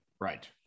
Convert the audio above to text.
Right